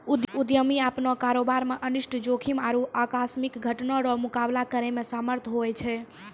उद्यमी अपनो कारोबार मे अनिष्ट जोखिम आरु आकस्मिक घटना रो मुकाबला करै मे समर्थ हुवै छै